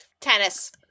Tennis